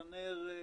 צנרת,